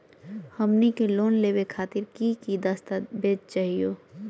हमनी के लोन लेवे खातीर की की दस्तावेज चाहीयो?